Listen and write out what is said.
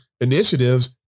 initiatives